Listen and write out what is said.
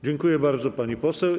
Dziękuję bardzo, pani poseł.